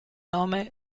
nome